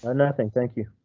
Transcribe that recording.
ah nothing. thank you.